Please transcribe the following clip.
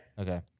Okay